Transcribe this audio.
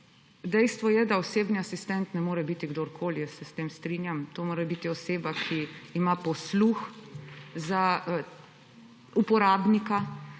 dejstvo je, da osebni asistent ne more biti kdorkoli. Jaz se s tem strinjam. To mora biti oseba, ki ima posluh za uporabnika,